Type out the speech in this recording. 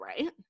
right